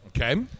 Okay